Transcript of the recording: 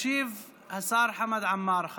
ישיב אחר כך השר חמד עמאר.